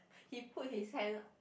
he put his hand